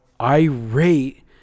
irate